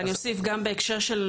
ואני אוסיף: גם בהקשר של